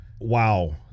Wow